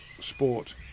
sport